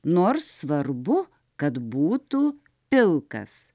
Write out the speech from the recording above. nors svarbu kad būtų pilkas